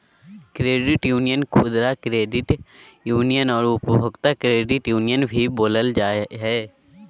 credit union खुदरा credit union आर उपभोक्ता क्रेडिट यूनियन भी बोलल जा हइ